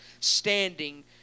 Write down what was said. standing